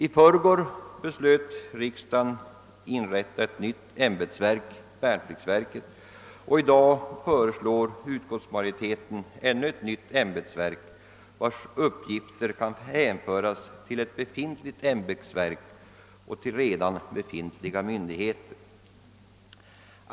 I förrgår beslutade riksdagen att inrätta ett nytt ämbetsverk — värnpliktsverket — och utskottsmajoriteten förordar att vi i dag skall inrätta ännu ett nytt ämbetsverk, vars uppgifter kan hänföras till ett redan befintligt ämbetsverk och till redan befintliga myndigheter.